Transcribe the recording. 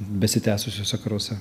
besitęsusiuose karuose